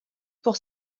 pour